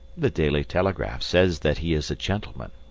the daily telegraph says that he is a gentleman.